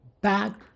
Back